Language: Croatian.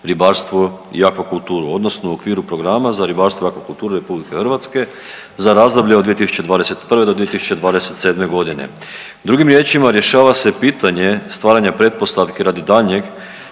i akvakulturu odnosno u okviru Programa za ribarstvo i akvakulturu RH za razdoblje od 2021. do 2027. godine. Drugim riječima rješava se pitanje stvaranja pretpostavki radi daljnjeg